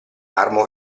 marmo